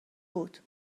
بود